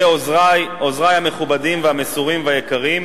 ועוזרי, עוזרי המכובדים, המסורים והיקרים.